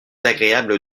agréable